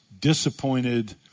disappointed